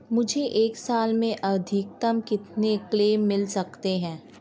मुझे एक साल में अधिकतम कितने क्लेम मिल सकते हैं?